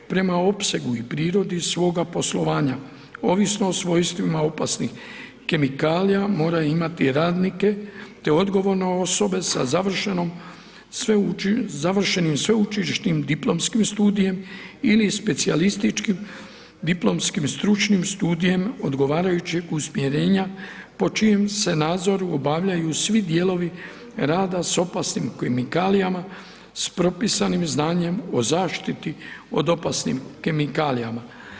Prema opsegu i prirodi svoga poslovanja ovisno o svojstvima opasnih kemikalija, mora imati radnike te odgovorne osobe sa završenim sveučilišnim diplomskim studijem ili specijalističkim diplomskim stručnim studijem odgovarajućeg usmjerenja, po čijem se nadzoru obavljaju svi dijelovi rada s opasnim kemikalijama, s propisanim znanjem o zaštiti od opasnim kemikalijama.